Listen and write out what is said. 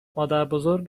مادربزرگ